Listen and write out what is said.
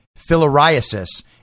filariasis